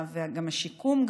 גם השיקום,